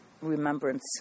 remembrance